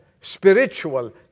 spiritual